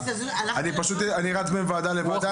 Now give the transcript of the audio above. אני פשוט רץ מוועדה לוועדה.